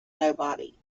nobody